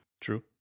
True